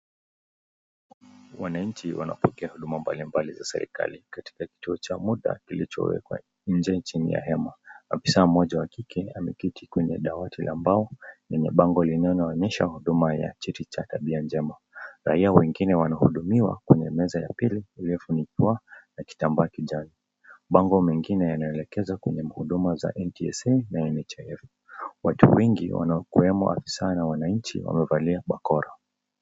Wananchi wanapokea huduma mbalimbali za serekali katika kituo cha moja kilicho wekwa nje chini ya hema. Afisaa mmoja wa kike ameketi kwenye dawati ya mbao yenye bango linayoonesha huduma ya cheti cha tabia njema , raia wengine wana hudumiwa kwenye meza ya pili iliyofunikwa na kitambaa kijani. Mabango mengine yanaelekeza kwenye huduma za NTSC na NHF,watu wengi wakiwemo afisaa na wananchi wamevalia barakoa.